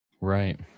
Right